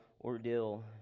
ordeal